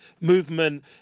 movement